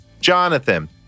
Jonathan